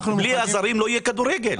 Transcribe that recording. בלי הזרים לא יהיה כדורגל.